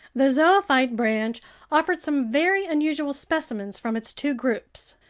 the zoophyte branch offered some very unusual specimens from its two groups,